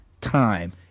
time